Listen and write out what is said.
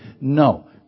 No